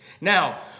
Now